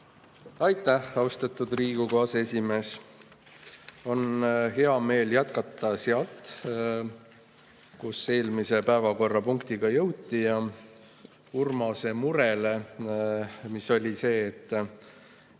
Aitäh, austatud Riigikogu aseesimees! On hea meel jätkata sealt, kuhu eelmise päevakorrapunktiga jõuti. Urmase mure peale, mis oli see, et